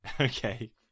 okay